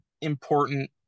important